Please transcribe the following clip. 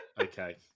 Okay